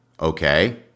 Okay